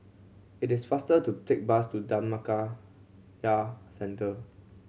it is faster to take bus to Dhammakaya Centre